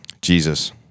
Jesus